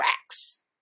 racks